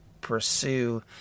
pursue